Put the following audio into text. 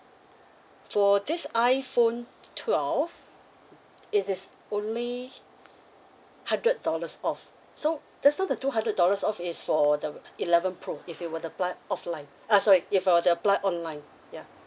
for this iPhone t~ twelve it is only hundred dollars off so just now the two hundred dollars off is for the eleven pro if you were to apply offline uh sorry if you were to apply online ya